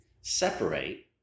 separate